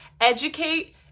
educate